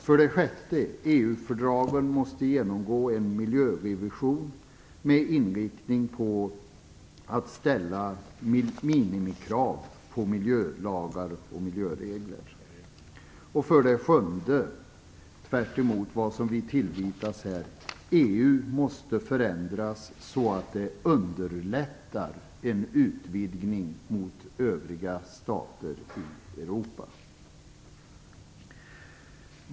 För det sjätte måste EU-fördragen genomgå en miljörevision med inriktning på fastställande av minimikrav när det gäller miljölagar och miljöregler. För det sjunde - tvärtemot vad vi som tillvitas här - måste EU förändras så att det underlättar en utvidgning mot övriga stater i Europa.